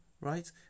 Right